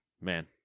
man